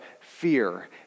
fear